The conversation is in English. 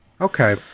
Okay